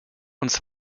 uns